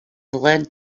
led